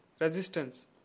resistance